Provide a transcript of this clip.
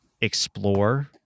explore